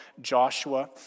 Joshua